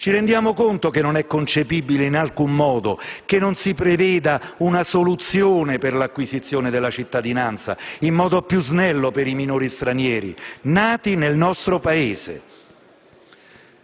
Ci rendiamo conto che non è concepibile in alcun modo che non si preveda una soluzione per l'acquisizione della cittadinanza in modo più snello per i minori stranieri nati nel nostro Paese?